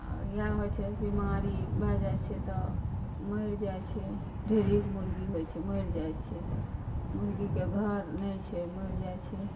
आओर वएह छै जे बीमारी भऽ जाइ छै तब मरि जाइ छै ढेरीके मुर्गी होइ छै मरि जाइ छै मुर्गीके घर नहि छै मरि जाइ छै